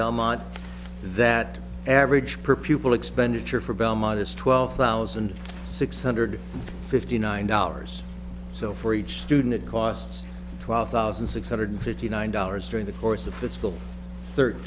belmont that average per pupil expenditure for belmont is twelve thousand six hundred fifty nine dollars so for each student it costs twelve thousand six hundred fifty nine dollars during the course of fiscal